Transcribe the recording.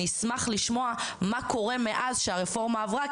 אני אשמח לשמוע מה קורה מאז שהרפורמה עברה,